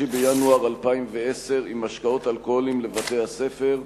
בינואר 2010 עם משקאות אלכוהוליים לבתי-הספר.